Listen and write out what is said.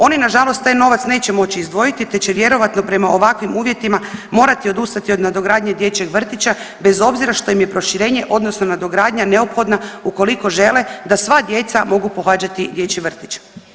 Oni nažalost taj novac neće moći izdvojiti te će vjerojatno prema ovakvim uvjetima morati odustati od nadogradnje dječjeg vrtića bez obzira što im je proširenje odnosno nadogradnja neophodna ukoliko žele da sva djeca mogu pohađati dječji vrtić.